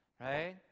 right